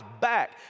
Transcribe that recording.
back